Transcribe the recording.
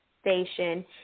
station